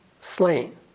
slain